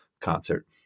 concert